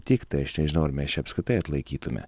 tiktai aš nežinau ar mes čia apskritai atlaikytume